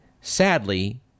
Sadly